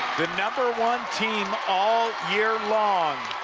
the number one team all year long.